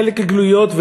חלק גלויות,